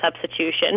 substitution